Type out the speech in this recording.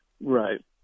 right